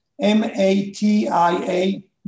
m-a-t-i-a